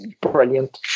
brilliant